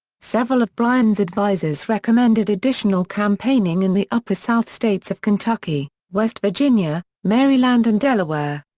several of bryan's advisors recommended additional campaigning in the upper south states of kentucky, west virginia, maryland and delaware.